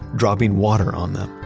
dropping water on them.